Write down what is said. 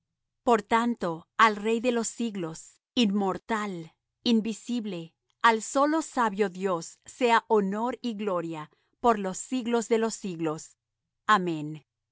por tanto al rey de siglos inmortal invisible al solo sabio dios sea honor y gloria por los siglos de los siglos amén